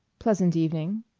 pleasant evening,